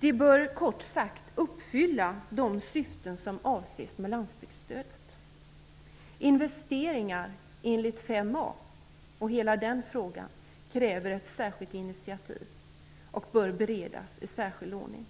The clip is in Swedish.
Det bör kort sagt uppfylla de syften som avses med landsbygdsstödet. Investeringar enligt 5a och hela den frågan kräver ett särskilt initiativ och bör beredas i särskild ordning.